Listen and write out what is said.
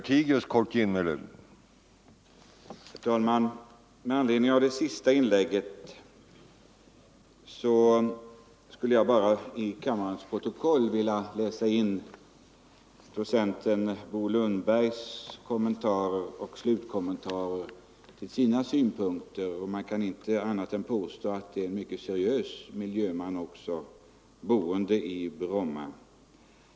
Herr talman! Med anledning av det senaste inlägget skulle jag bara Tisdagen den i kammarens protokoll vilja läsa in docenten Bo Lundbergs slutkom 26 november 1974 mentar till sin undersökning. Man kan inte påstå annat än att han är en mycket seriös miljöman, boende i Bromma.